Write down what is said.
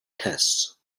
tests